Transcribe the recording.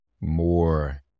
more